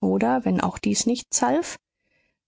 oder wenn auch dies nichts half